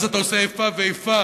ואז אתה עושה איפה ואיפה.